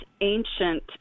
ancient